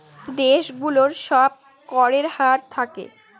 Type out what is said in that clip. দেশ গুলোর সব করের হার থাকে